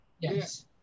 Yes